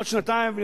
אני